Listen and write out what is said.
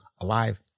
alive